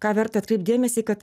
ką verta atkreipt dėmesį kad